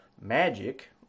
magic